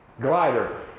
glider